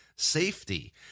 Safety